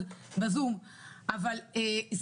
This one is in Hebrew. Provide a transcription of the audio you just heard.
תודה רבה לכם.